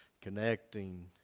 connecting